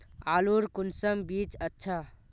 आलूर कुंसम बीज अच्छा?